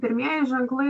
pirmieji ženklai